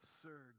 sir